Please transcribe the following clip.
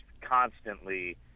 constantly